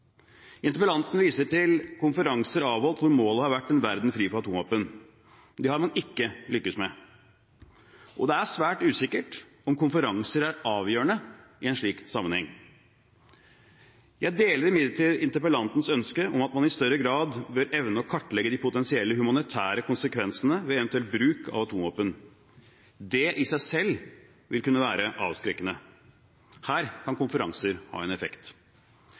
Interpellanten viser til konferanser avholdt hvor målet har vært en verden fri for atomvåpen. Det har man ikke lyktes med. Det er svært usikkert om konferanser er avgjørende i en slik sammenheng. Jeg deler imidlertid interpellantens ønske om at man i større grad bør evne å kartlegge de potensielle humanitære konsekvensene ved eventuell bruk av atomvåpen. Det i seg selv vil kunne være avskrekkende. Her kan konferanser ha en effekt.